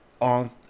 on